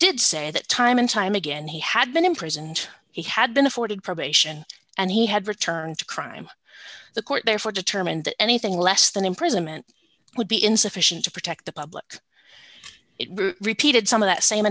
did say that time and time again he had been imprisoned he had been afforded probation and he had returned to crime the court therefore determined that anything less than imprisonment would be insufficient to protect the public it repeated some of that same